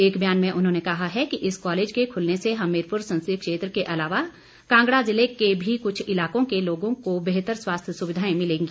एक बयान में उन्होंने कहा है कि इस कॉलेज के खलने से हमीरपुर संसदीय क्षेत्र के अलावा कांगड़ा जिले के भी कुछ इलाकों के लोगों को बेहतर स्वास्थ्य सुविधाए मिलेंगी